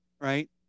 right